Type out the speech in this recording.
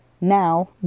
now